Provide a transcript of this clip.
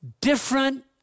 Different